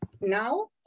now